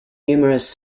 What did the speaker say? numerous